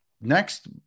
next